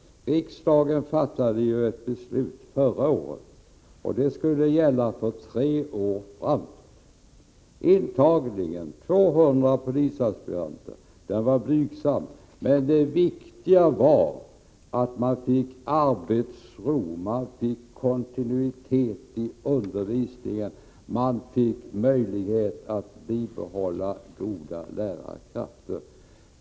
Riksdagen fattade förra året ett beslut, som skulle gälla för tre år framåt. Intagningen var blygsam, bara 200 polisaspiranter, men det viktiga var att man fick arbetsro. Man fick kontinuitet i undervisningen och möjlighet att bibehålla goda lärarkrafter.